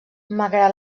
malgrat